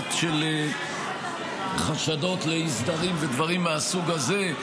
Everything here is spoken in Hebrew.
של חשדות לאי-סדרים ודברים מהסוג הזה?